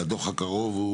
הדוח הקרוב?